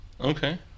Okay